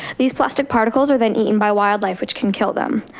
these plastic particles are then eaten by wildlife which can kill them.